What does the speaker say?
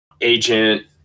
Agent